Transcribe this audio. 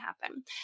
happen